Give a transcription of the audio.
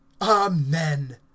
Amen